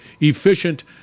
efficient